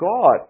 God